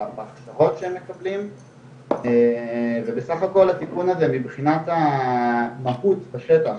בהכשרות שהם מקבלים ובסך הכל התיקון הזה מבחינת המהות בשטח,